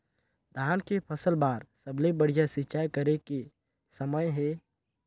धान के फसल बार सबले बढ़िया सिंचाई करे के समय हे?